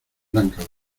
blanca